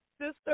sister